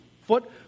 foot